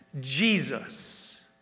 Jesus